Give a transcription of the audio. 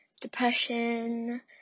depression